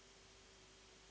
Hvala,